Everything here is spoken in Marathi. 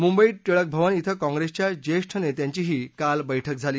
मुंबईत टिळक भवन इथं काँग्रेसच्या ज्येष्ठ नेत्यांचीही काल बरुक्क झाली